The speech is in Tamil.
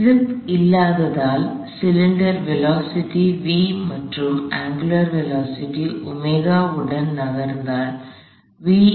ஸ்லிப் இல்லாததால் சிலிண்டர் வேலோஸிட்டி v மற்றும் அங்குலார் வேலோஸிட்டி உடன் நகர்ந்திருந்தால்